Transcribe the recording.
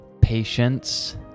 patience